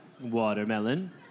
watermelon